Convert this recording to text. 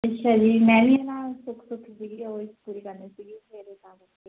ਅੱਛਾ ਜੀ ਮੈਂ ਵੀ ਨਾ ਸੁੱਖ ਸੁਖੀ ਸੀਗੀ ਉਹ ਪੂਰੀ ਕਰਨੀ ਸੀਗੀ ਫਿਰ ਤਾਂ ਕਰਕੇ